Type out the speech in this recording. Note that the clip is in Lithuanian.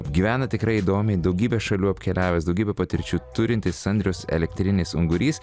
gyvena tikrai įdomiai daugybę šalių apkeliavęs daugybę patirčių turintis andriaus elektrinis ungurys